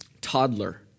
toddler